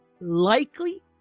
likely